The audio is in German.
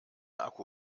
akku